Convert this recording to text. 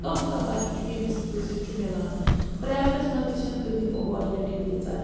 کانٛہہ کانٛہہ بَچہِ چھُ ییٚمِس رِزِق چھُ مِلان پرٛیویٹَس منٛز تہِ چھَنہٕ کٕہٕنۍ اوپارچُنِٹی تیٖژاہ